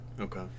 okay